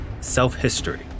self-history